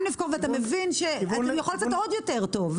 העיניים נפקחות ואתה מבין שאתה יכול לעשות קצת עוד יותר טוב.